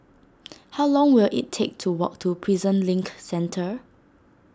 how long will it take to walk to Prison Link Centre